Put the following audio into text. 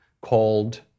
called